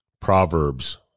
Proverbs